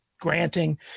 granting